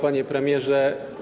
Panie Premierze!